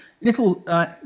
little